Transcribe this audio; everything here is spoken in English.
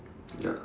ya